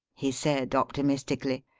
he said, optimistically.